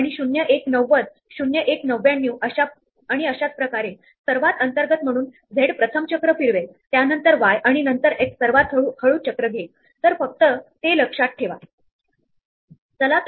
तेव्हा या मार्किंग च्या प्रक्रियेमध्ये तुम्ही पाहू शकतात की काहीवेळा आपण स्क्वेअर दोनदा मार्क केले आहे आणि आपण हे योग्य केले आहे आणि कुठेही लूप मध्ये अडकलो नाही हे खात्री करण्याचा हा पद्धतशीर मार्ग आहे